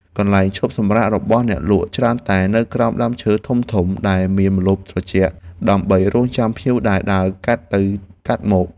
កន្លែងឈប់សម្រាករបស់អ្នកលក់ច្រើនតែនៅក្រោមដើមឈើធំៗដែលមានម្លប់ត្រជាក់ ដើម្បីរង់ចាំភ្ញៀវដែលដើរកាត់ទៅកាត់មក។